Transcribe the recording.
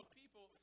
people